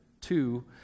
Two